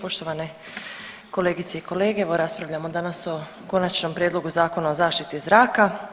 Poštovane kolegice i kolege, evo raspravljamo danas o Konačnom prijedlogu Zakona o zaštiti zraka.